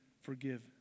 forgive